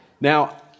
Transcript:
Now